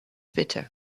bitter